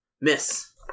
Miss